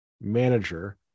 manager